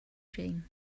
jane